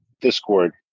Discord